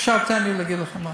עכשיו תן לי להגיד לך משהו.